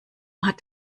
hat